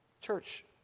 Church